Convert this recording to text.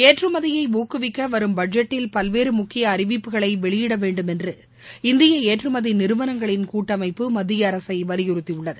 ஏற்றுமதியை ஊக்குவிக்க வரும் பட்ஜெட்டில் பல்வேறு முக்கிய அறிவிப்புகளை வெளியிட வேண்டும் என்று இந்திய ஏற்றுமதி நிறுவனங்களின் கூட்டமைப்பு மத்திய அரசை வலியுறுத்தியுள்ளது